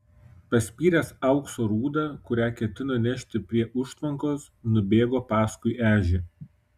paspyręs aukso rūdą kurią ketino nešti prie užtvankos nubėgo paskui ežį